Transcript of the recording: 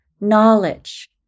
knowledge